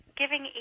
giving